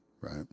right